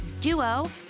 duo